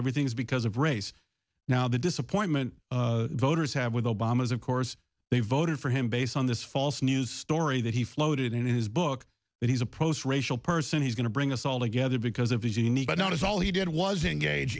everything is because of race now the disappointment voters have with obama is of course they voted for him based on this false news story that he floated in his book that he's approached racial person he's going to bring us all together because of his unique but not his all he did was engaged